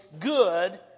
good